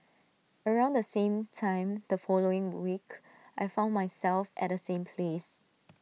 around the same time the following week I found myself at the same place